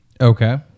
Okay